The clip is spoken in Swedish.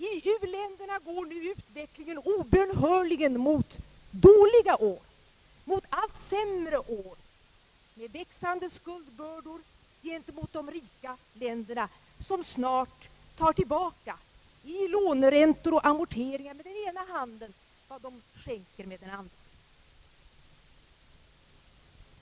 I u-länderna går nu utvecklingen obönhörligen mot allt sämre år, med växande skuldbördor gentemot de rika länderna, vilka snart i låneräntor och amorteringar med ena handen tar tillbaka vad de skänker med den andra.